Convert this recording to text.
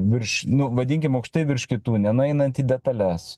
virš nu vadinkim aukštai virš kitų nenueinant į detales